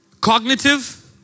Cognitive